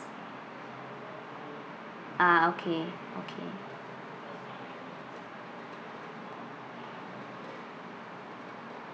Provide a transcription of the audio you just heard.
ah okay okay